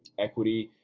equity.